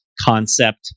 concept